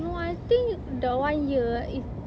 no I think the one year is